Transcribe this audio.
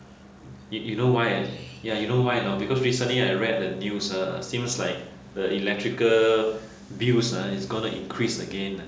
if you know why uh ya you know why or not because recently I read the news ha seems like the electrical bills ha it's gonna increase again uh